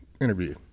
interview